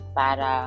para